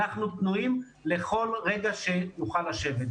אנחנו פנויים לכל רגע שנוכל לשבת.